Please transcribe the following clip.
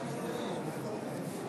41,